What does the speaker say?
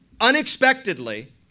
unexpectedly